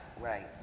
right